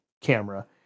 camera